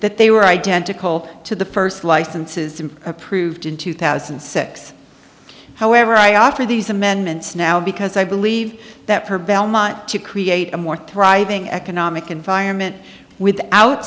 that they were identical to the first licenses approved in two thousand and six however i offer these amendments now because i believe that for belmont to create a more thriving economic environment without